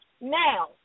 now